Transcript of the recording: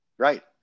right